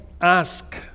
Ask